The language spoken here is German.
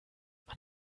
man